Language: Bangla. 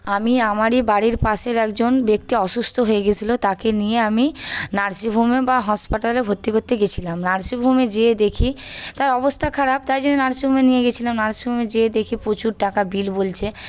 আমি আমারই বাড়ির পাশের একজন ব্যক্তি অসুস্থ হয়ে গেছিলো তাকে নিয়ে আমি নার্সিংহোমে বা হসপটালে ভর্তি করতে গেছিলাম নার্সিংহোমে যেয়ে দেখি তার অবস্থা খারাপ তাই জন্য নার্সিংহোমে নিয়ে গিয়েছিলাম নার্সিংহোমে যেয়ে দেখি প্রচুর টাকা বিল বলছে